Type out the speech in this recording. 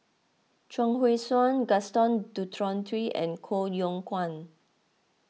Chuang Hui Tsuan Gaston Dutronquoy and Koh Yong Guan